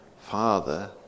Father